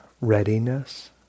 readiness